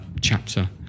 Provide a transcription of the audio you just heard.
chapter